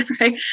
right